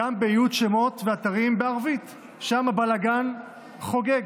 גם באיות שמות ואתרים בערבית, שם הבלגן חוגג.